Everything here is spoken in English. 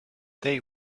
they